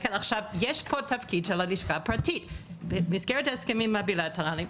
יש פה תפקיד של הלשכה הפרטית במסגרת ההסכמים הבילטרליים,